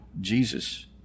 Jesus